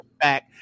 back